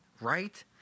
Right